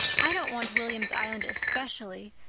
i don't want william's island especially,